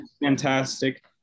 Fantastic